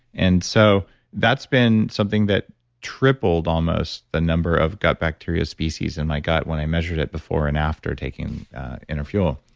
and so that's been something that tripled almost the number of gut bacteria species in my gut when i measured it before and after taking inner fuel.